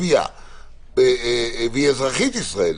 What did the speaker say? מה-7.3.